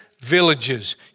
villages